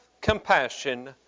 compassion